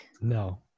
No